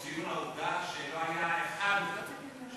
ההצעה להעביר את הנושא לוועדת החוץ והביטחון